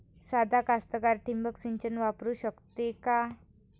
सादा कास्तकार ठिंबक सिंचन वापरू शकते का?